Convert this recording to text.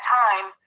time